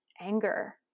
anger